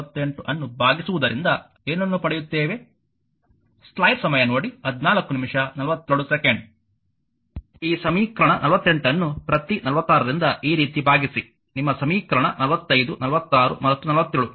48 ಅನ್ನು ಭಾಗಿಸುವುದರಿಂದ ಏನನ್ನು ಪಡೆಯುತ್ತೇವೆ ಈ ಸಮೀಕರಣ 48 ಅನ್ನು ಪ್ರತಿ 46 ರಿಂದ ಈ ರೀತಿ ಭಾಗಿಸಿ ನಿಮ್ಮ ಸಮೀಕರಣ 45 46 ಮತ್ತು 47 ಭಾಗಿಸಿ